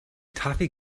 toffee